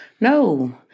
No